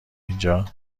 اینجا